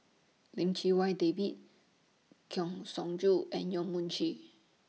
Lim Chee Wai David Kang Siong Joo and Yong Mun Chee